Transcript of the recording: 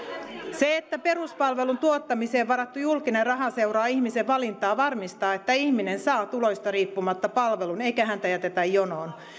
se että peruspalvelun tuottamiseen varattu julkinen raha seuraa ihmisen valintaa varmistaa että ihminen saa tuloista riippumatta palvelun eikä häntä jätetä jonoon